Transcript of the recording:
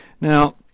Now